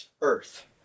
Earth